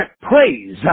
praise